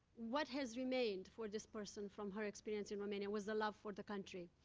what has remained for this person from her experience in romania was a love for the country.